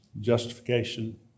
justification